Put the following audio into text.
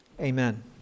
Amen